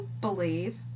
believe